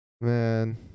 Man